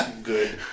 good